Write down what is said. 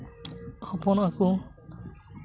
ᱦᱚᱯᱚᱱᱚᱜᱼᱟ ᱠᱚ